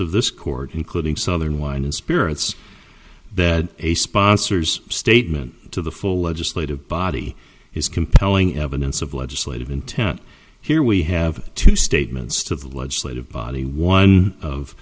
of this court including southern wine and spirits bed a sponsor's statement to the full legislative body is compelling evidence of legislative intent here we have two statements to the legislative body one of